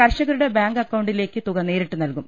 കർഷകരുടെ ബാങ്ക് അക്കൌണ്ടിലേക്ക് തുക നേരിട്ട് നൽകും